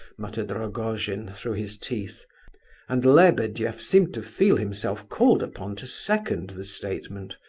muttered rogojin, through his teeth and lebedeff seemed to feel himself called upon to second the statement.